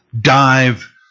dive